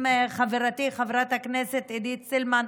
עם חברתי חברת הכנסת עידית סילמן,